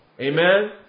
Amen